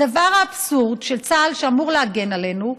הדבר האבסורדי הוא שצה"ל, שאמור להגן עלינו,